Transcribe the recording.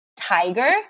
tiger